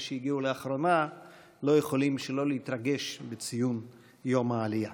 שהגיעו לאחרונה לא יכולים שלא להתרגש בציון יום העלייה.